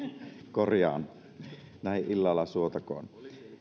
korjaan näin illalla suotakoon